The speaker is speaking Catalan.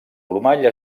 plomall